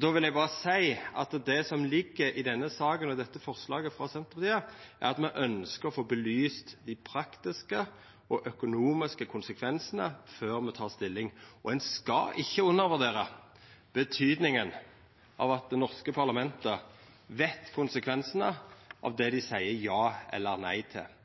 Då vil eg berre seia at det som ligg i denne saka og i dette forslaget frå Senterpartiet, er at me ønskjer å få veta dei praktiske og økonomiske konsekvensane før me tek stilling. Ein skal ikkje undervurdera betydinga av at det norske parlamentet veit konsekvensane av det ein seier ja eller nei til.